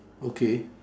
okay